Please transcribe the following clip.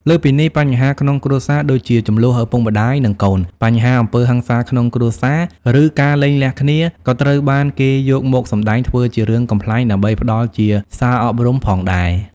លើសពីនេះ បញ្ហាក្នុងគ្រួសារដូចជាជម្លោះឪពុកម្ដាយ និងកូន បញ្ហាអំពើហិង្សាក្នុងគ្រួសារ ឬការលែងលះគ្នា ក៏ត្រូវបានគេយកមកសម្ដែងធ្វើជារឿងកំប្លែងដើម្បីផ្ដល់ជាសារអប់រំផងដែរ។